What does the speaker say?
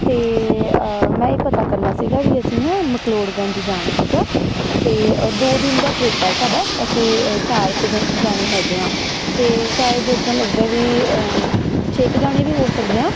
ਅਤੇ ਮੈਂ ਇਹ ਪਤਾ ਕਰਨਾ ਸੀਗਾ ਵੀ ਅਸੀਂ ਨਾ ਮਕਲੋੜਗੰਜ ਜਾਣਾ ਹੈਗਾ ਅਤੇ ਦੋ ਦਿਨ ਦਾ ਟ੍ਰਿੱਪ ਹੈ ਸਾਡਾ ਅਸੀਂ ਚਾਰ ਕੁ ਜ ਜਾਣੇ ਹੈਗੇ ਹਾਂ ਅਤੇ ਸ਼ਾਇਦ ਇੱਦਾਂ ਲੱਗਦਾ ਵੀ ਛੇ ਕੁ ਜਾਣੇ ਵੀ ਹੋ ਸਕਦੇ ਹਾਂ